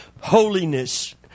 holiness